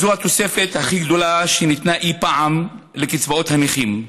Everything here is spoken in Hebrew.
זו התוספת הכי גדולה שניתנה אי פעם לקצבאות הנכים,